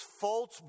false